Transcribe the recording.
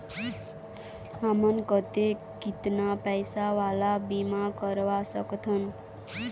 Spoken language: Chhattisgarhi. हमन कतेक कितना पैसा वाला बीमा करवा सकथन?